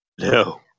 No